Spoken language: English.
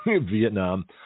Vietnam